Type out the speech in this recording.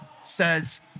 says